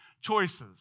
choices